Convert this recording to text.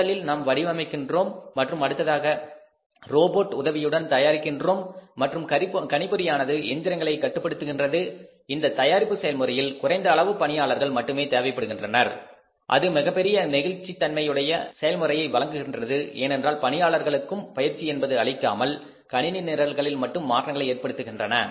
முதலில் நாம் வடிவமைக்கின்றோம் மற்றும் அடுத்ததாக ரோபோட் உதவியுடன் தயாரிக்கிறோம் மற்றும் கணிப்பொறியானது எந்திரங்களை கட்டுப்படுத்துகின்றது இந்த தயாரிப்பு செயல்முறையில் குறைந்த அளவு பணியாளர்கள் மட்டுமே தேவைப்படுகின்றனர் அது மிகப்பெரிய நெகிழ்ச்சித் தன்மையை வழங்குகின்றது ஏனென்றால் பணியாளர்களுக்கும் பயிற்சி என்பது அளிக்காமல் கணினி நிர்ல்களில் மட்டும் மாற்றங்களை ஏற்படுத்தப் படுகின்றன